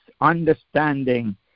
understanding